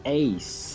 ace